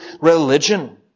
religion